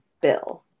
Bill